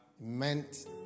meant